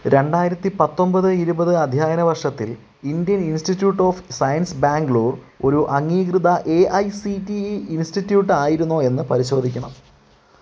രണ്ടായിരത്തി പത്തൊൻപത് ഇരുപത് അദ്ധ്യയന വർഷത്തിൽ Indian institute of science Bangalore ഒരു അംഗീകൃത A I C T E institute ആയിരുന്നോ എന്ന് പരിശോധിക്കണം